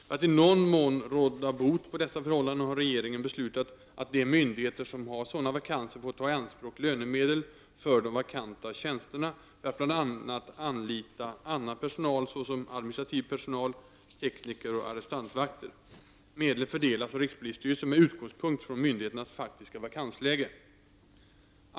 För att i någon mån råda bot på dessa förhållanden har regeringen beslutat att de myndigheter som har sådana vakanser får ta i anspråk lönemedel för de vakanta tjänsterna för att bl.a. anlita annan personal, såsom administrativ personal, tekniker och arrestantvakter. Medlen fördelas av rikspolisstyrelsen med utgångspunkt från myndigheternas faktiska vakansläge.